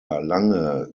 lange